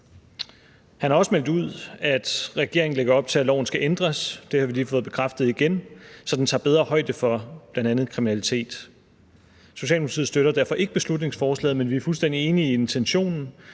Han har også meldt ud, at regeringen lægger op til, at loven skal ændres – det har vi lige fået bekræftet igen – så den tager bedre højde for bl.a. kriminalitet. Socialdemokratiet støtter derfor ikke beslutningsforslaget, men vi er fuldstændig enige i intentionen.